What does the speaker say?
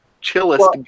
chillest